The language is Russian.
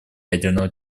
ядерного